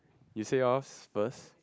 you say yours first